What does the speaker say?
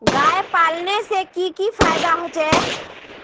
गाय पालने से की की फायदा होचे?